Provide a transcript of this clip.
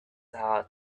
heart